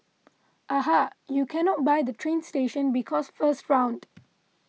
aha you cannot buy the train station because first round